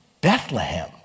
bethlehem